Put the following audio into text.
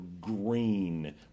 green